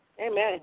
Amen